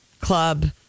club